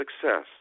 success